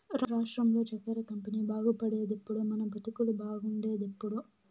రాష్ట్రంలో చక్కెర కంపెనీ బాగుపడేదెప్పుడో మన బతుకులు బాగుండేదెప్పుడో